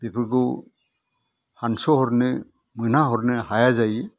बेफोरखौ हान्स' हरनो मोनहा हरनो हाया जायो